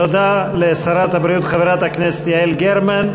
תודה לשרת הבריאות, חברת הכנסת יעל גרמן.